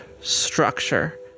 structure